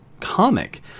comic